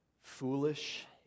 foolish